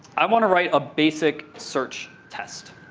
i want to write a basic search test.